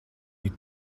avec